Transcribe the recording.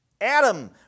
Adam